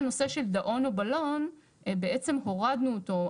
והנושא של דאון או בלון, בעצם הורדנו אותו.